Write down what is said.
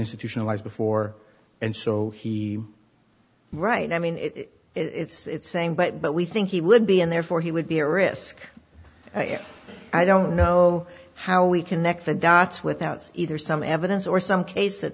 institutionalized before and so he right i mean it's saying but but we think he would be and therefore he would be a risk i don't know how we connect the dots without either some evidence or some case that